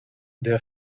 der